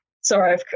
Sorry